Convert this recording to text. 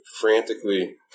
frantically